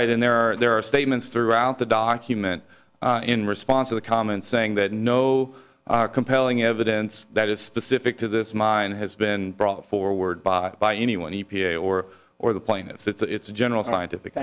right and there are there are statements throughout the document in response to the comment saying that no compelling evidence that is specific to this mine has been brought forward by by anyone e p a or or the plaintiffs it's a general scientific